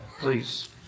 please